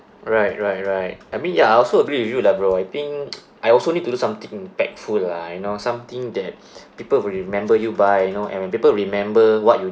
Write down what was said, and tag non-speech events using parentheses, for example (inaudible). right right right I mean ya I also agree with you lah bro I think (noise) I also need to do something impactful lah you know something that (breath) people will remember you by you know and when people remember what you